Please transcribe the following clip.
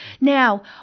Now